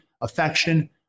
affection